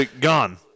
gone